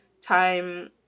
time